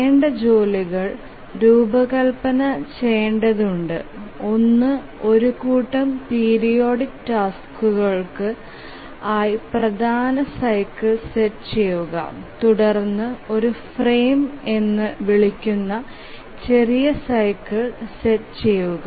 ചെയ്യേണ്ട ജോലികൾ രൂപകൽപ്പന ചെയ്യേണ്ടതുണ്ട് ഒന്ന് ഒരു കൂട്ടം പീരിയോഡിക് ടാസ്കുകൾക്കു ആയി പ്രധാന സൈക്കിൾ സെറ്റ് ചെയുക തുടർന്ന് ഒരു ഫ്രെയിം എന്നും വിളിക്കുന്ന ചെറിയ സൈക്കിൾ സെറ്റ് ചെയുക